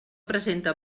presenta